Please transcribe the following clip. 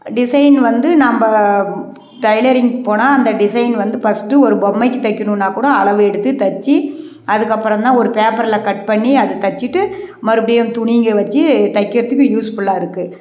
design வந்து நம்ம tailoring போனால் அந்த டிசைன் வந்து பஸ்ட்டு ஒரு பொம்மைக்கு தைக்கணும்ன்னா கூட அளவு எடுத்து தைச்சி அதுக்கப்புறம் தான் ஒரு பேப்பரில் கட் பண்ணி அதை தைச்சிட்டு மறுபடியும் துணிங்க வெச்சி தைக்கிறதுக்கு யூஸ்ஃபுல்லாக இருக்குது